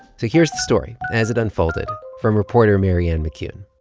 so here's the story as it unfolded from reporter marianne mccune